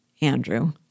Andrew